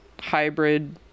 hybrid